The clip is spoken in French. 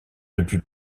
depuis